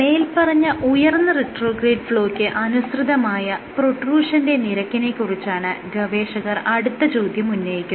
മേല്പറഞ്ഞ ഉയർന്ന റിട്രോഗ്രേഡ് ഫ്ലോയ്ക്ക് അനുസൃതമായ പ്രൊട്രൂഷന്റെ നിരക്കിനെ കുറിച്ചാണ് ഗവേഷകർ അടുത്ത ചോദ്യം ഉന്നയിക്കുന്നത്